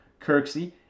Kirksey